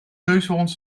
neushoorns